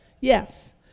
Yes